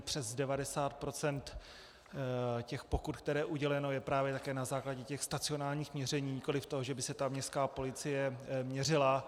Přes 90 % těch pokut, které jsou uděleny, je právě také na základě těch stacionárních měření, nikoli toho, že by ta městská policie měřila.